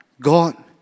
God